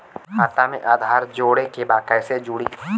खाता में आधार जोड़े के बा कैसे जुड़ी?